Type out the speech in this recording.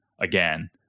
again